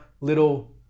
little